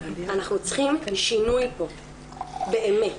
אנחנו צריכים שינוי פה באמת.